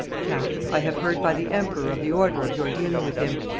count, i have heard by the emperor of the order of your dealing with him,